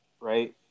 right